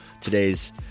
today's